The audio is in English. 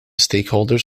stakeholders